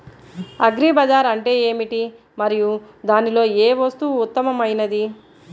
Agri బజార్ అంటే ఏమిటి మరియు దానిలో ఏ వస్తువు ఉత్తమమైనది?